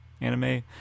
anime